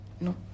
No